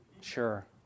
Sure